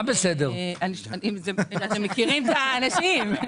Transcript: מכירים את האנשים?